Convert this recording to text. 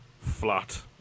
flat